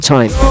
Time